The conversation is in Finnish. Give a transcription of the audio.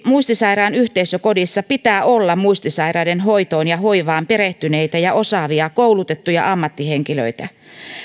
muistisairaan yhteisökodissa pitää esimerkiksi olla muistisairaiden hoitoon ja hoivaan perehtyneitä ja osaavia koulutettuja ammattihenkilöitä